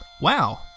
Wow